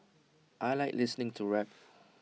I Like listening to rap